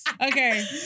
Okay